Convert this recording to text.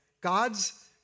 God's